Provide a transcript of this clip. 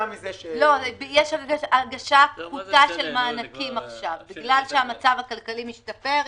יש הגשה פחותה של מענקים עכשיו בגלל שהמצב הכלכלי משתפר,